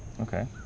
Okay